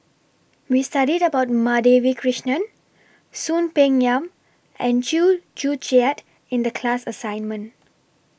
We studied about Madhavi Krishnan Soon Peng Yam and Chew Joo Chiat in The class assignment